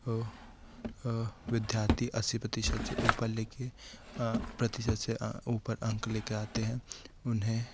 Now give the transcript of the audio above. वो विद्यार्थी अस्सी प्रतिशत से ऊपर लेके प्रतिशत से ऊपर अंक लेकर आते हैं उन्हें